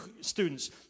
students